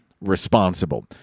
Responsible